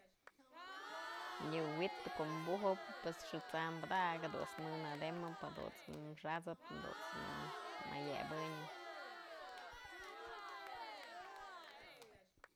Yë wi'it ko'o bujëp, pues xët's am padakëp jadunt's në nademëp, jadunt's xat'sëp, jadunt's ayënënyëp.